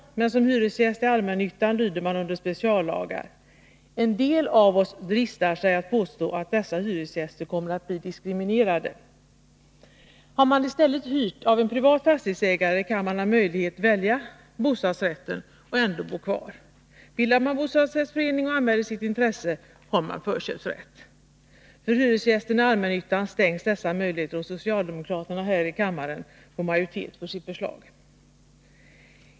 Men som hyresgäst i allmännyttan lyder man under speciallagar. En del av oss dristar sig till att påstå att dessa hyresgäster kommer att bli diskriminerade. Har man i stället hyrt av en privat fastighetsägare har man möjlighet att välja bostadsrätten och ändå bo kvar. Bildar man bostadsrättsförening och anmäler sitt intresse, har man förköpsrätt. För hyresgästen i allmännyttan stängs dessa möjligheter, om socialdemokraterna här i kammaren får majoritet för sitt förslag.